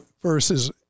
versus